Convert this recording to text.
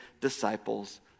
disciples